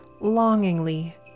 longingly